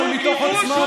אבל מתוך עוצמה,